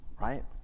right